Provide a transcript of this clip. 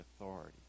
authority